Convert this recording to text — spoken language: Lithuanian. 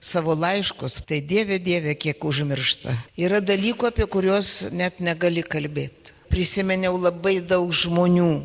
savo laiškus tai dieve dieve kiek užmiršta yra dalykų apie kuriuos net negali kalbėt prisiminiau labai daug žmonių